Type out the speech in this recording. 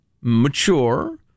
mature